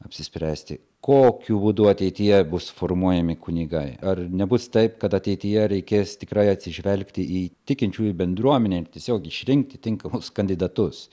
apsispręsti kokiu būdu ateityje bus formuojami kunigai ar nebus taip kad ateityje reikės tikrai atsižvelgti į tikinčiųjų bendruomenę tiesiog išrinkti tinkamus kandidatus